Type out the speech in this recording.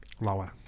Lower